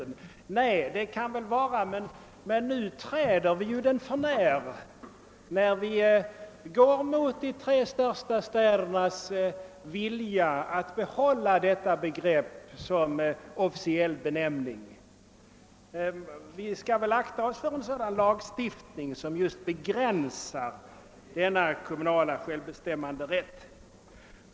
Nej, det kan vara sant — men nu träder vi den likväl för när, då vi går emot bl.a. de tre största städernas vilja att behålla stadsbegreppet som officiell benämning. Vi skall akta oss för en sådan lagstiftning som söker begränsa denna kommunala självbestämmanderätt.